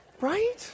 Right